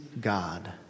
God